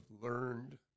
learned